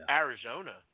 arizona